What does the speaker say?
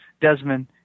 desmond